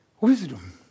Wisdom